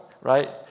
right